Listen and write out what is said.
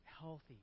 healthy